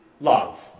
love